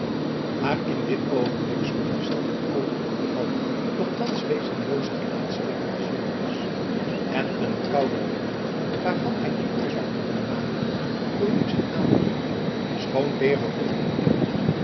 maar in dit oogenblik sloeg hij zelf een oog op de bevallige doch thans wezenlooze gelaatstrekken des jongelings en een koude rilling waarvan hij de oorzaak niet kon nagaan doorliep zijn aderen schoon teergevoelig van aard